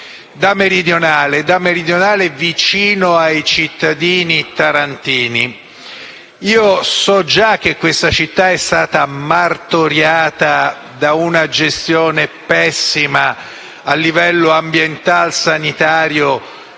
da meridionale vicino ai cittadini tarantini, so già che questa città è stata martoriata da una gestione pessima a livello ambientale e sanitario